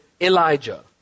Elijah